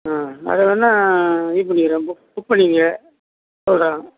ஆ அதை வேணும்னா இது பண்ணிக்கிறேன் புக் புக் பண்ணிக்கோங்க இவ்வளோ தான்